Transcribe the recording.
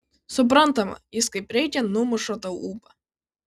suprantama jis kaip reikiant numuša tau ūpą